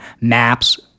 maps